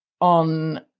on